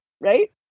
right